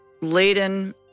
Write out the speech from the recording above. laden